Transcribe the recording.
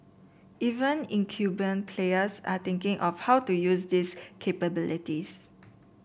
even incumbent players are thinking of how to use these capabilities